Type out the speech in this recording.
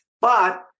but-